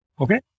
Okay